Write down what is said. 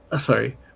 Sorry